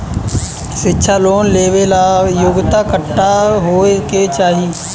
शिक्षा लोन लेवेला योग्यता कट्ठा होए के चाहीं?